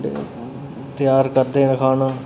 त्यार करदे न खाना